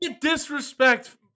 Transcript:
disrespect